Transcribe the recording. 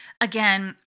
Again